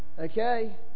okay